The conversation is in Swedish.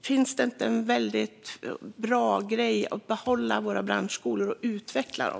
Finns det inte en väldigt bra grej med att behålla våra branschskolor och utveckla dem?